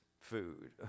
food